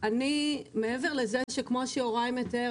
מעבר לזה שכמו שיוראי מתאר,